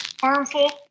harmful